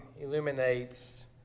illuminates